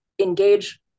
Engage